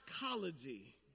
psychology